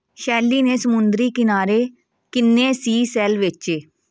ਸ਼ੈਲੀ ਨੇ ਸਮੁੰਦਰੀ ਕਿਨਾਰੇ ਕਿੰਨੇ ਸੀ ਸੈੱਲ ਵੇਚੇ